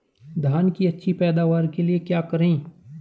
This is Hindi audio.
धान की अच्छी पैदावार के लिए क्या करें?